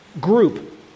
group